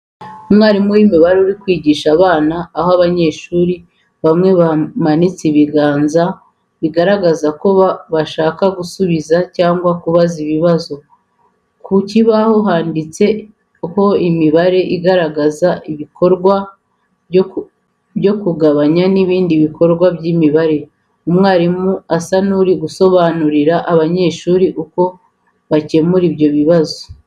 Umwarimu w'imibare uri kwigisha abana naho abanyeshuri bamwe bamanitse ibiganza bigaragara ko bashaka gusubiza cyangwa kubaza ikibazo. Ku kibaho handitseho imibare igaragaza ibikorwa byo kugabanya n’ibindi bikorwa by’imibare. Umwarimu asa n’uri gusobanurira abanyeshuri uko bakemura ibyo bibazo.